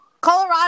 Colorado